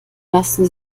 lassen